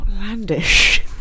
Outlandish